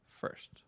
first